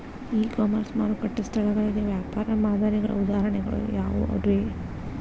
E commerce ಮಾರುಕಟ್ಟೆ ಸ್ಥಳಗಳಿಗೆ ವ್ಯಾಪಾರ ಮಾದರಿಗಳ ಉದಾಹರಣೆಗಳು ಯಾವವುರೇ?